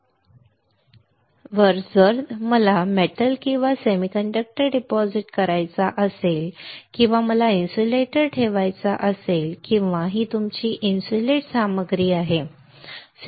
या oxidised silicon सब्सट्रेटवर जर मला धातू किंवा सेमीकंडक्टर डिपॉझिट करायचा असेल किंवा मला इन्सुलेटर ठेवायचा असेल किंवा ही तुमची इन्सुलेट सामग्री आहे बरोबर